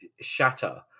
shatter